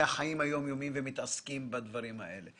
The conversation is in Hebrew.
החיים היום יומיים שלהם והם מתעסקים בדברים האלה.